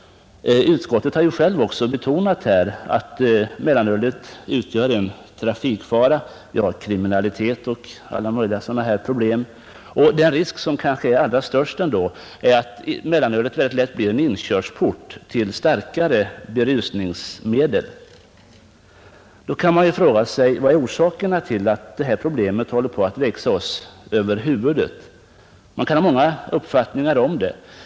Utskottet har självt betonat att mellanölet utgör en trafikfara. Därtill kommer kriminalitet och andra problem av social och individuell art. Men den risk som kanske ändå är allra störst är att mellanölet lätt blir en inkörsport till starkare berusningsmedel. Då kan man fråga sig: Vilka är orsakerna till att detta problem håller på att växa oss över huvudet? Man kan ha många uppfattningar om detta.